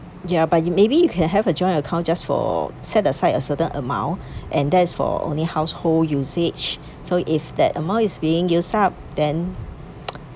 ya but you maybe you can have a joint account just for set aside a certain amount and that is for only household usage so if that amount is being used up then